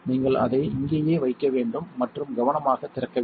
நீங்கள் அதை இங்கே வைக்க வேண்டும் மற்றும் கவனமாக திறக்க வேண்டும்